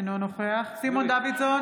אינו נוכח גילה גמליאל,